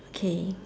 okay